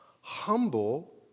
Humble